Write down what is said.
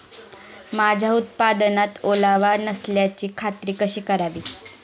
माझ्या उत्पादनात ओलावा नसल्याची खात्री कशी करावी?